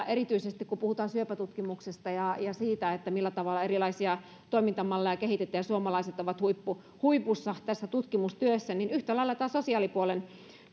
erityisesti kun puhutaan syöpätutkimuksesta ja ja siitä millä tavalla erilaisia toimintamalleja kehitetään ja suomalaiset ovat huipulla huipulla tässä tutkimustyössä yhtä lailla tämä sosiaalipuolen